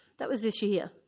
that was this year.